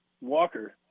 walker